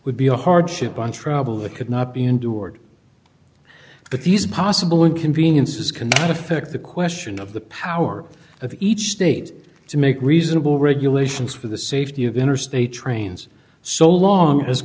would be a hardship on travel that could not be endured but these possible inconveniences cannot affect the question of the power of each state to make reasonable regulations for the safety of interstate trains so long as